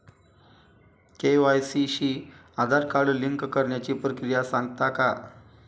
KYC शी Aadhaar card link करण्याची प्रक्रिया सांगता का?